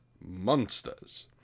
monsters